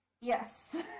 Yes